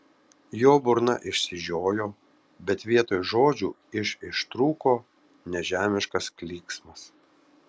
jo burna išsižiojo bet vietoj žodžių iš ištrūko nežemiškas klyksmas